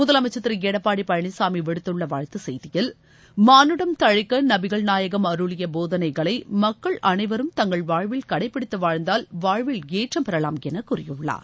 முதலமைச்சர் திரு எடப்பாடி பழனிசாமி விடுத்துள்ள வாழ்த்து செய்தியில் மானுடம் தழைக்க நபிகள் நாயகம் அருளிய போதனைகளை மக்கள் அனைவரும் தங்கள் வாழ்வில் கடைபிடித்து வாழ்ந்தால் வாழ்வில் ஏற்றம் பெறலாம் என கூறியுள்ளார்